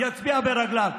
יצביע ברגליו.